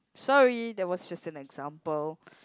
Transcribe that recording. sorry that was just an example